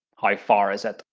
how far is it?